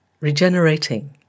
regenerating